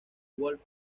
wolf